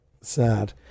sad